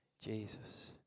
Jesus